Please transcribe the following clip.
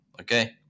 Okay